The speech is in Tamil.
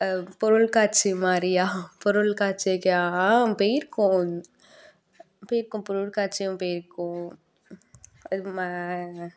பொருட்காட்சி மாதிரியா பொருட்காட்சி போயிருக்கோம் போயிருக்கோம் பொருட்காட்சியும் போயிருக்கோம் அது